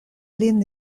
lin